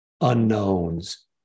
unknowns